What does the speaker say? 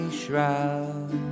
shroud